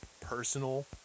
personal